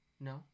No